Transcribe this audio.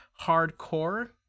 Hardcore